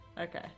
Okay